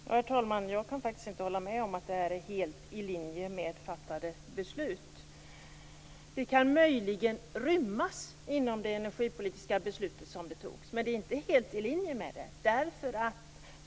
Herr talman! Jag kan faktiskt inte hålla med om att detta är helt i linje med fattade beslut. Det kan möjligen rymmas inom det energipolitiska beslut som fattades, men det är inte helt i linje med det.